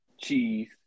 cheese